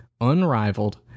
unrivaled